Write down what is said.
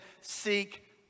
seek